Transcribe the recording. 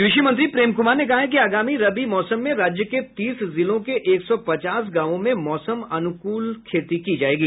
कृषि मंत्री प्रेम कुमार ने कहा है कि आगामी रबी मौसम में राज्य के तीस जिलों के एक सौ पचास गांवों में मौसम अनुकूल खेती जी जायेगी